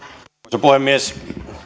arvoisa puhemies